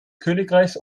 königreichs